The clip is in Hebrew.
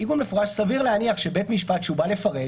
סביר להניח שבית משפט כשהוא בא לפרש,